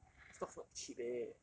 stocks not cheap eh